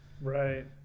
Right